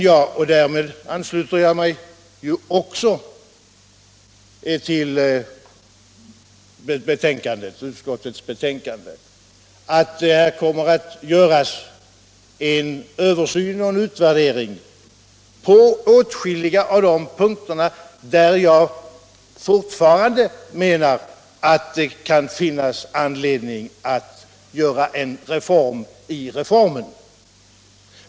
Jag ansluter mig också till utskottsmajoritetens mening att det bör göras en översyn och en utvärdering på åtskilliga av de punkter där det kan finnas anledning att göra en reform i reformen.